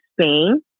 Spain